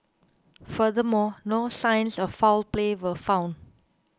furthermore no signs of foul play were found